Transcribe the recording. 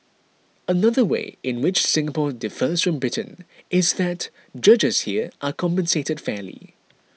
another way in which Singapore differs from Britain is that judges here are compensated fairly